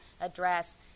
Address